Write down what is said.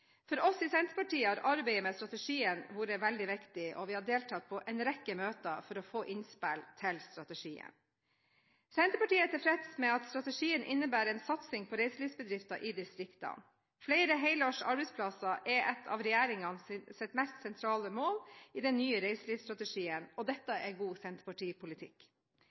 For oss i Senterpartiet har arbeidet med strategien vært veldig viktig, og vi har deltatt på en rekke møter for å få innspill til strategien. Senterpartiet er tilfreds med at strategien innebærer en satsing på reiselivsbedrifter i distriktene. Flere helårs arbeidsplasser er et av regjeringens mest sentrale mål i den nye reiselivsstrategien, og dette er god senterpartipolitikk.